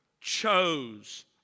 chose